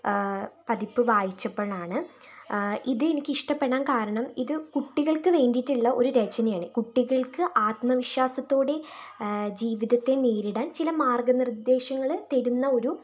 പതിപ്പ് വായിച്ചപ്പോഴാണ് ഇത് എനിക്ക് ഇഷ്ടപ്പെടാൻ കാരണം ഇത് കുട്ടികൾക്ക് വേണ്ടിയിട്ടുള്ള ഒരു രചനയാണ് കുട്ടികൾക്ക് ആത്മവിശ്വാസത്തോടെ ജീവിതത്തെ നേരിടാൻ ചില മാർഗ്ഗനിർദേശങ്ങൾ തരുന്ന ഒരു